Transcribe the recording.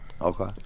Okay